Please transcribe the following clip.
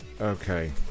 okay